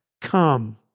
come